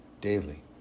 daily